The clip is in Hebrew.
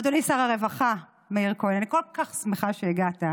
אדוני שר הרווחה מאיר כהן, אני כל כך שמחה שהגעת,